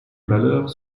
malheurs